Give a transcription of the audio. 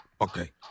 okay